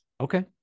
Okay